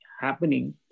happening